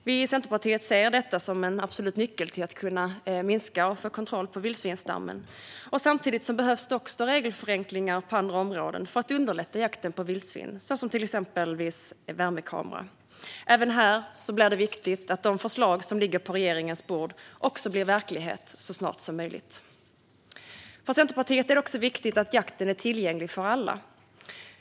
Vi i Centerpartiet ser detta som en absolut nyckel till att minska och få kontroll på vildsvinsstammen. Samtidigt behövs också regelförenklingar på andra områden för att underlätta jakten på vildsvin. Till exempel handlar det om reglerna för användning av värmekamera. Även här är det viktigt att de förslag som ligger på regeringens bord blir verklighet så snart som möjligt. För Centerpartiet är det också viktigt att jakten är tillgänglig för alla.